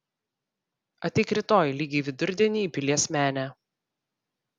ateik rytoj lygiai vidurdienį į pilies menę